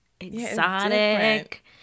exotic